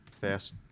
fast